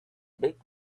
big